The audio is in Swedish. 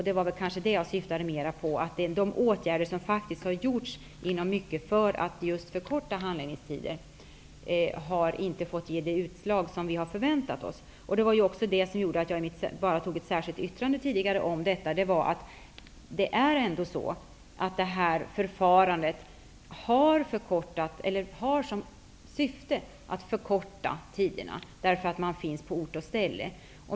Det som jag syftade på var att de åtgärder som faktiskt har vidtagits just för att förkorta handläggningstiderna inte har gett det resultat som vi hade förväntat oss. Det som gjorde att jag tidigare bara skrev ett särskilt yttrande var att detta förfarande har till syfte att förkorta handläggningstiderna, eftersom man finns på ort och ställe.